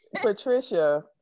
Patricia